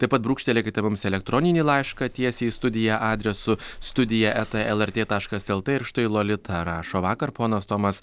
taip pat brūkštelėkite mums elektroninį laišką tiesiai į studiją adresu studija eta lrt taškas lt ir štai lolita rašo vakar ponas tomas